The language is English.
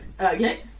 Okay